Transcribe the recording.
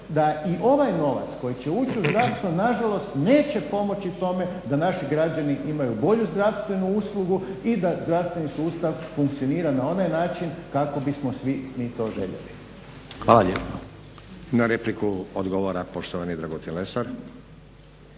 da i ovaj novac koji će ući u zdravstvo nažalost neće pomoći tome da naši građani imaju bolju zdravstvenu uslugu i da zdravstveni sustav funkcionira na onaj način kako bismo svi mi to željeli. **Stazić, Nenad (SDP)** Hvala lijepa. Na repliku odgovara poštovani Dragutin Lesar.